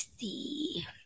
see